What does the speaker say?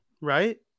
right